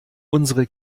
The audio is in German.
unsere